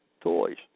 toys